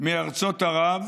מארצות ערב